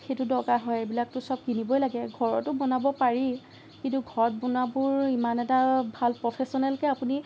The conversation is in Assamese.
সেইটো দৰকাৰ হয় এইবিলাকটো চব কিনিবই লাগে ঘৰতো বনাব পাৰি কিন্তু ঘৰত বনোৱাবোৰ ইমান এটা ভাল প্ৰফেচনেলকে আপুনি